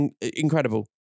Incredible